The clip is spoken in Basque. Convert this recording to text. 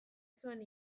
zuen